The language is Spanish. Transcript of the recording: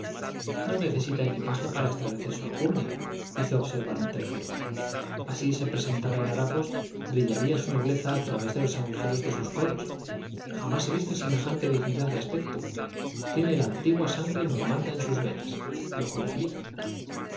no necesita equipaje para establecer su alcurnia hizo observar un tercero así se presentara en harapos brillaría su nobleza a través de los agujeros de sus codos jamás he visto semejante dignidad de aspecto tiene la antigua sangre normanda en sus venas lo juraría